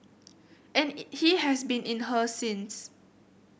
and he has been in her since